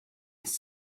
ist